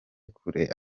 kurera